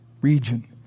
region